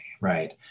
right